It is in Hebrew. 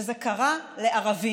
שזה קרה לערבים,